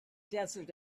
desert